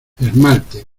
esmalte